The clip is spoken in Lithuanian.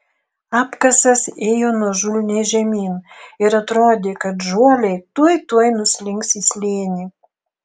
apkasas ėjo nuožulniai žemyn ir atrodė kad žuoliai tuoj tuoj nuslinks į slėnį